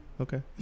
Okay